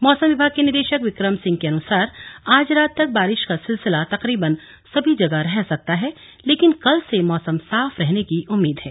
मौसम विभाग के निदेशक बिक्रम सिंह के अनुसार आज रात तक बारिश का सिलसिला तकरीबन सभी जगह रह सकता है लेकिन कल से मौसम साफ रहने की उम्मीद है